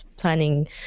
Planning